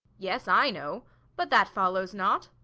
yes, i know but that follows not.